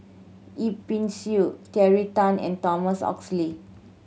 Yip Pin Xiu Terry Tan and Thomas Oxley